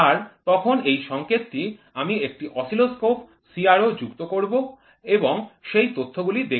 আর তখন এই সংকেতটি আমি একটি অসিলোস্কোপ CRO যুক্ত করব এবং সেই তথ্যগুলি দেখব